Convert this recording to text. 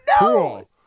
no